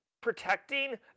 protecting